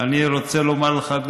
אני רוצה לומר לך,